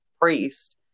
priest